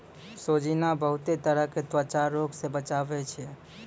सोजीना बहुते तरह के त्वचा रोग से बचावै छै